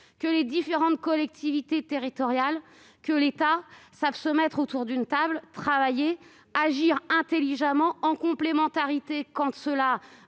que les différentes collectivités territoriales et l'État savent se mettre autour d'une table, travailler et agir intelligemment, en complémentarité, quand la